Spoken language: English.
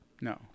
No